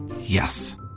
Yes